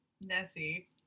Nessie